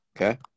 Okay